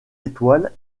étoiles